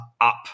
up